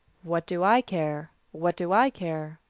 what do i care? what do i care?